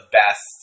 best